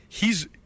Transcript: hes